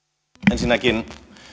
ensinnäkin